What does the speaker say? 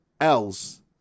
else